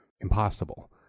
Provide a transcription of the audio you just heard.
impossible